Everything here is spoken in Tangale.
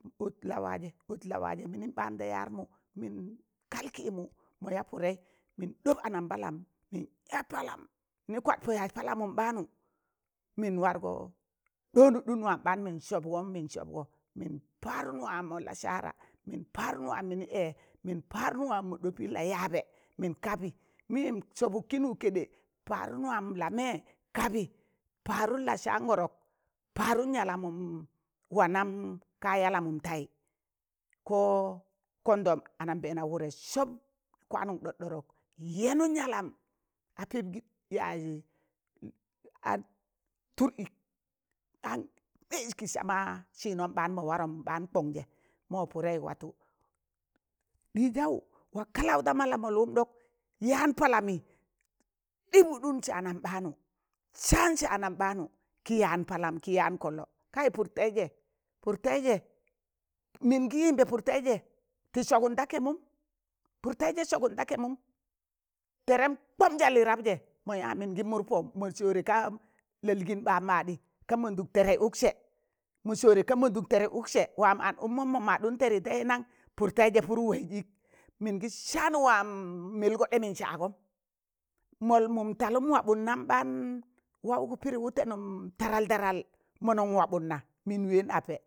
Ot la waịze ot la waaze mịnịm ɓaan da yar mụ mịn kal kịịmụ, mọ ya pụdeị min ɗọp anam palam, mịn ya palam mịnị kwa pọ yaz palamụm baanụ mịn wargọ ɗọnụdụm wan ɓaan mịn sọpgọ, min sọpgọ mịn padụn wa mọ la saara min padụn wam minị, ee mịn padụn wam mọ ɗọpị la yaabe mịn kabị mịyem sọbụk kịnwụ kede padụn la me kabị padụm la saangọrọk padụn yalam mụm wanam ka yalamụm taị ko kọndọm anembeena wụde sọb kwanum ɗọk dọ ɗọk yelụn yalam a pịp gị yaz ad tur ịk an meịz kị sama sịịnọ ɓaan mọ wụrọm ɓaan kọnje, mọ pụdeị watụ ɗịịzaụ wa kalaụ da ma la mọlụm ɗọk, yaan palam mi ɗịbụɗụm sanam ɓaanụ saan saanam ɓaanụ kị yaan palam kị yaan kọllọ kai pụr teịze pụr taeịze, mịn gị yimbe pụr teịze tị sọgụr da ke mụm pụr teịze sọgụm ta kemụm terem kwọm salị rap ze mọ ya mịngị mụr pọmụ mọ sọọre kaa lalịịn ɓa maadị ka mọndụk ter ụkse mọ sọọre ka mọndụk tere ụkse, wam an ụkmọm mọ maadụn terị teyi nan? pụrụ teịze pụrụ waịze ịk mịn gan saan wam mịlgọ ɗịmịn saagam, mọlmụn talụm wabụdnam ɓaan waụgụ pịdị wụtenụn tadal tadal mọnọn wapụdna mịn ween ape.